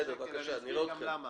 בסדר, אני מוכן לחיות עם זה.